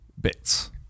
bits